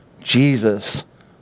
Jesus